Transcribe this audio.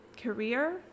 career